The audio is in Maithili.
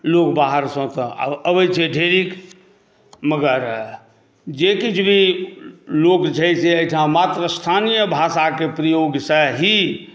लोक बाहरसँ तऽ अबैत छै ढेरिक मगर जे किछु भी लोक बुझैत छै एहिठाम मात्र स्थानीय भाषाके प्रयोगसँ ही